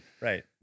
right